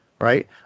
right